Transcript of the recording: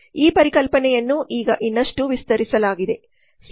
ಈ ಪರಿಕಲ್ಪನೆಯನ್ನು ಈಗ ಇನ್ನಷ್ಟು ವಿಸ್ತರಿಸಲಾಗಿದೆ